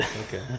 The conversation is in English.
Okay